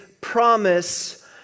promise